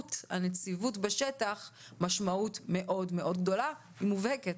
לנוכחות הנציבות בשטח משמעות מאוד-מאוד גדולה ומובהקת.